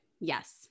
Yes